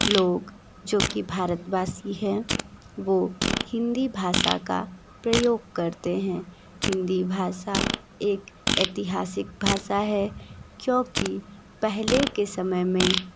लोग जो की भारतवासी हैं वो हिंदी भाषा का प्रयोग करते हैं हिंदी भाषा एक ऐतिहासिक भाषा है क्योंकि पहले के समय में